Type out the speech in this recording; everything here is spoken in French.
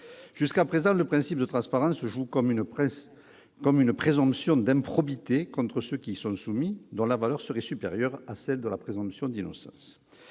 Jusqu'à présent, le principe de transparence joue comme une présomption d'improbité contre ceux qui y sont soumis, dont la valeur serait supérieure à celle de la présomption d'innocence.